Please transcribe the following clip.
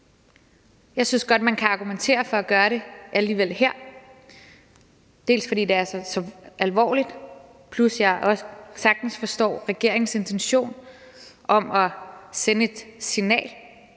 Jeg synes godt, man kan argumentere for at gøre det alligevel her, både fordi det er så alvorligt, plus at jeg også sagtens forstår regeringens intention om at sende et signal.